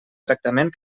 tractament